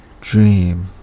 dream